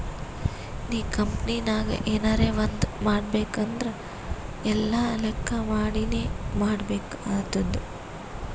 ನೀ ಕಂಪನಿನಾಗ್ ಎನರೇ ಒಂದ್ ಮಾಡ್ಬೇಕ್ ಅಂದುರ್ ಎಲ್ಲಾ ಲೆಕ್ಕಾ ಮಾಡಿನೇ ಮಾಡ್ಬೇಕ್ ಆತ್ತುದ್